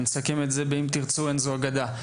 נסכם את זה באם תרצו אין זו אגדה.